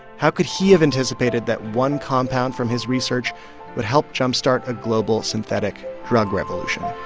how could he have anticipated that one compound from his research would help jump-start a global synthetic drug revolution?